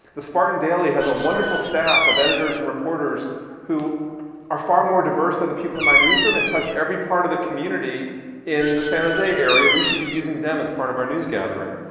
the spartan daily has a wonderful staff of editors and reporters who are far more diverse than and the people in my newsroom and touch every part of the community in the san jose area. we should be using them as part of our news gathering.